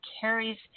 carries